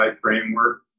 framework